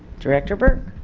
director burke